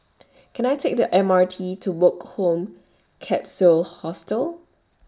Can I Take The M R T to Woke Home Capsule Hostel